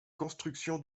construction